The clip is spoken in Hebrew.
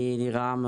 אני לירם,